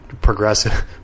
progressive